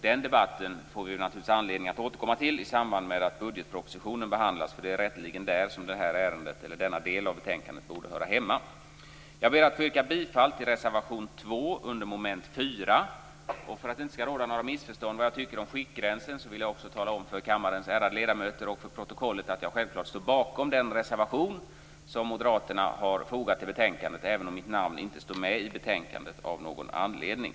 Den debatten får vi naturligtvis anledning att återkomma till i samband med behandlingen av budgetpropositionen, för det är rätteligen där som denna del av detta betänkande borde höra hemma. Jag ber att få yrka bifall till reservation 2 under mom. 4. För att det inte skall råda några missförstånd om vad jag tycker om skiktgränsen vill jag också tala om för kammarens ärade ledamöter och för protokollet att jag självfallet står bakom den reservation som Moderaterna har fogat till betänkandet, även om mitt namn inte står med i betänkandet av någon anledning.